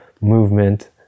movement